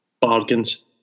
bargains